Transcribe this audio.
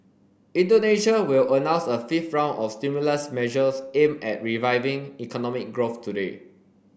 Indonesia will announce a fifth round of stimulus measures aimed at reviving economic growth today